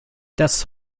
das